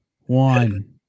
one